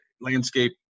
landscape